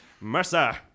Mercer